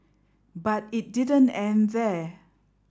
but it didn't end there